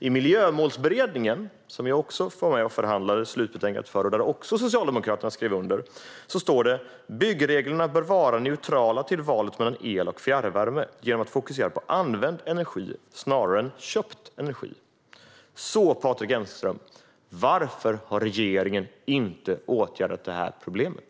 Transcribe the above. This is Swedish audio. I Miljömålsberedningen, vars slutbetänkande vi också var med och förhandlade fram och som även Socialdemokraterna skrev under, står det att byggreglerna bör vara neutrala för valet mellan el och fjärrvärme genom att fokusera på använd energi snarare än köpt energi. Så, Patrik Engström, varför har regeringen inte åtgärdat det här problemet?